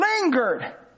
lingered